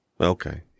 Okay